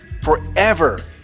forever